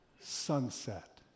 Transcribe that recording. Sunset